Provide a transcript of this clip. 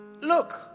Look